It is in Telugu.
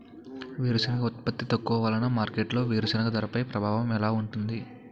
వేరుసెనగ ఉత్పత్తి తక్కువ వలన మార్కెట్లో వేరుసెనగ ధరపై ప్రభావం ఎలా ఉంటుంది?